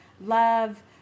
love